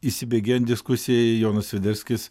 įsibėgėjant diskusijai jonas sviderskis